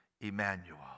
Emmanuel